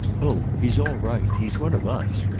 oh he's all right he's one of us!